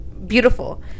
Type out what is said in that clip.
beautiful